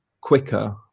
quicker